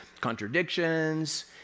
contradictions